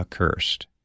accursed